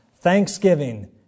Thanksgiving